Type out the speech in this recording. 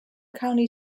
county